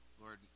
Lord